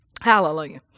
hallelujah